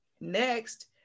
Next